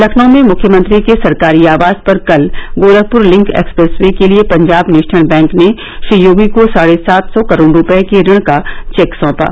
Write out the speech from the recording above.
लखनऊ में मुख्यमंत्री के सरकारी आवास पर कल गोरखप्र लिंक एक्सप्रेव वे के लिये पंजाब नेशनल बैंक ने श्री योगी को साढ़े सात सौ करोड रूपये के ऋण का चेक सौंपा